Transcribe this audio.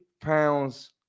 pounds